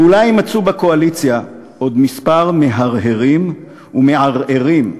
ואולי יימצאו בקואליציה עוד כמה מהרהרים ומערערים,